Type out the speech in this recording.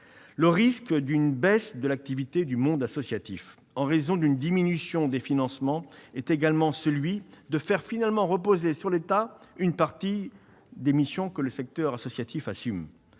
Le risque d'une baisse de l'activité du monde associatif en raison d'une diminution des financements est également celui de faire reposer sur l'État une partie des missions que ce secteur assume.